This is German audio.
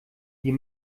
die